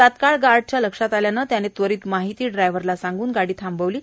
तात्काळ गाईच्या लक्षात आल्याने त्याने त्वरित माहिती ड्रायव्हरला सांगून गाडी थांबवण्यात आली